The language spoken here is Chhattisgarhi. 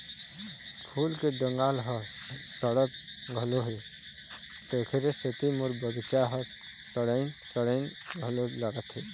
फूल के डंगाल ह सड़त घलोक हे, तेखरे सेती मोर बगिचा ह सड़इन सड़इन घलोक लागथे